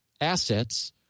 assets